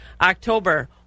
October